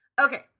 Okay